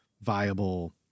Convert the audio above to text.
viable